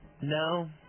No